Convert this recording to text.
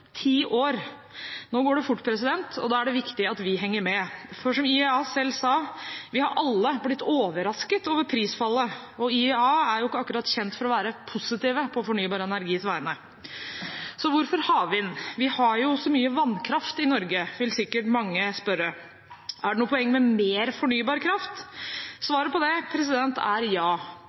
ti år! Nå går det fort, og da er det viktig at vi henger med. For som IEA selv sa: Vi har alle blitt overrasket over prisfallet. Og IEA er jo ikke akkurat kjent for å være positive på fornybar energis vegne. Så hvorfor havvind? Vi har jo så mye vannkraft i Norge, vil sikkert mange si. Er det noe poeng med mer fornybar kraft? Svaret på det er ja